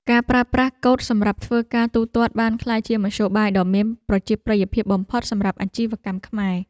ការប្រើប្រាស់កូដសម្រាប់ធ្វើការទូទាត់បានក្លាយជាមធ្យោបាយដ៏មានប្រជាប្រិយភាពបំផុតសម្រាប់អាជីវករខ្មែរ។